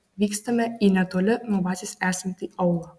vykstame į netoli nuo bazės esantį aūlą